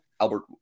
Albert